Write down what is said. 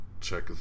Check